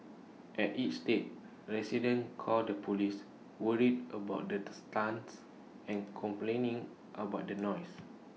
at each estate residents called the Police worried about the stunts and complaining about the noise